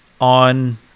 on